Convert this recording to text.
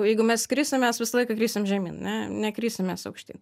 jeigu mes krisim mes visą laiką krisim žemyn ane nekrisim mes aukštyn